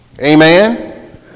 Amen